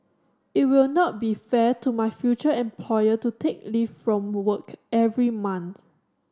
it will not be fair to my future employer to take leave from work every month